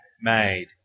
made